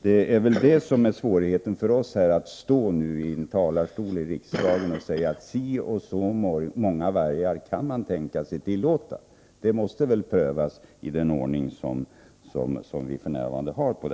Det är dock svårt för oss att nu, här från kammarens talarstol, deklarera hur stort antal vargar som skulle kunna tillåtas. Den frågan måste prövas i den ordning som vi har på detta område.